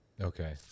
Okay